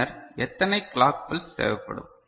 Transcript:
பின்னர் எத்தனை clock pulse தேவைப்படும்